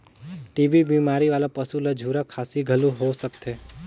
TB बेमारी वाला पसू ल झूरा खांसी घलो हो सकथे